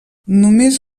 només